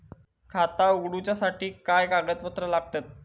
खाता उगडूच्यासाठी काय कागदपत्रा लागतत?